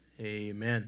amen